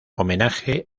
homenaje